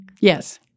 Yes